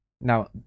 Now